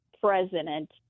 president